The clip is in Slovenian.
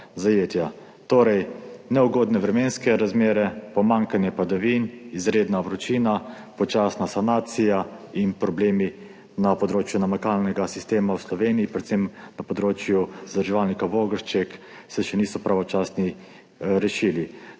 Torej, neugodne vremenske razmere, pomanjkanje padavin, izredna vročina, počasna sanacija in problemi na področju namakalnega sistema v Sloveniji, predvsem na področju zadrževalnika Vogršček, se še niso pravočasno rešili.